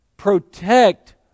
protect